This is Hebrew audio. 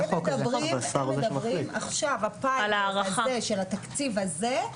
הם מדברים עכשיו על הפיילוט הזה של התקציב הזה,